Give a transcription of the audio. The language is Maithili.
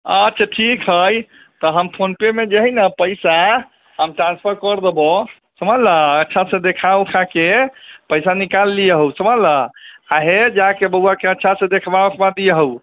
अच्छा ठीक हय तऽ हम फोन पे मे जे हय ने पैसा हम ट्रांसफर कर देबऽ समझलऽ अच्छा से देखा उखा के पैसा निकाल लिहऽ समझलऽ आ हे जाके बौआके अच्छा से देखबा उखबा दियहु